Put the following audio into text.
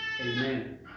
Amen